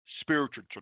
spiritual